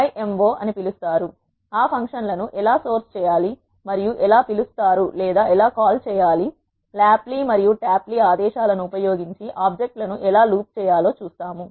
వీటిని MIMO పిలుస్తారు ఆ ఫంక్షన్ లను ఎలా సోర్స్ చేయాలి మరియు ఎలా పిలుస్తారు లేదా ఎలా కాల్ చేయాలి లాప్లీ మరియు ట్యాప్లీ ఆదేశాలను ఉపయోగించి ఆబ్జెక్ట్ లను ఎలా లూప్ చేయాలో చూస్తాము